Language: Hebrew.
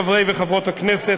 חברי וחברות הכנסת,